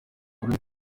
rurimi